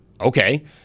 Okay